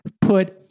put